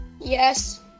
Yes